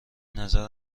نظر